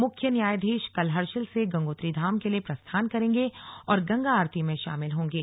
मुख्य न्यायाधीश कल हर्षिल से गंगोत्री धाम के लिए प्रस्थान करेंगे और गंगा आरती में शामिल होंगे